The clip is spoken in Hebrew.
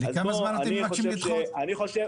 אני חושב